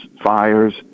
fires